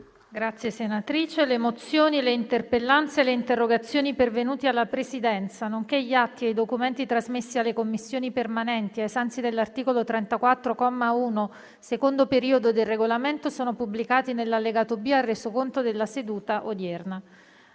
finestra"). Le mozioni, le interpellanze e le interrogazioni pervenute alla Presidenza, nonché gli atti e i documenti trasmessi alle Commissioni permanenti ai sensi dell'articolo 34, comma 1, secondo periodo, del Regolamento sono pubblicati nell'allegato B al Resoconto della seduta odierna.